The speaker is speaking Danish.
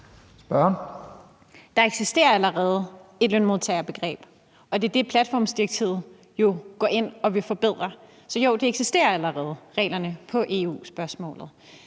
Der eksisterer allerede et lønmodtagerbegreb, og det er det, platformsdirektivet jo går ind og vil forbedre. Så jo, der eksisterer allerede regler på EU-spørgsmålet.